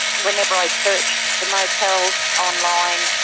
whenever i searched the motel online,